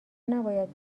نباید